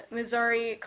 Missouri